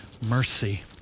mercy